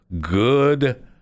Good